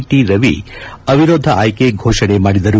T Ravi ಅವಿರೋಧ ಆಯ್ಕೆ ಘೋಷಣೆ ಮಾಡಿದರು